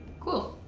cool.